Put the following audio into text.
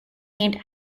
named